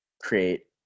create